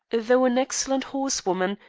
though an excellent horsewoman,